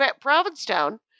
Provincetown